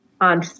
on